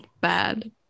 bad